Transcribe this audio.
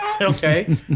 okay